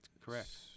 correct